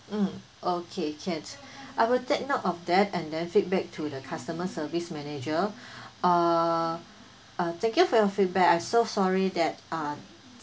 mm okay can I will take note of that and then feedback to the customer service manager uh uh thank you for your feedback I'm so sorry that uh